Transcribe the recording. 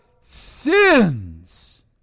sins